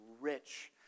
rich